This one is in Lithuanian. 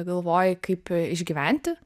galvoji kaip išgyventi